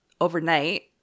Overnight